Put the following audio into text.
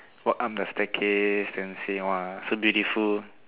walk up the staircase then say !wah! so beautiful